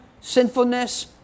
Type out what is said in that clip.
sinfulness